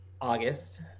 August